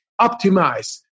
optimize